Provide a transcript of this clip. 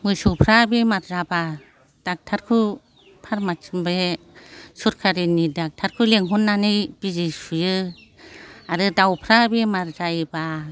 मोसौफ्रा बेमार जाबा दक्टरखौ फारमासिनिफ्राय सोरखारनि दक्टरखौ लिंहरनानै बिजि सुयो आरो दाउफ्रा बेमार जायोबा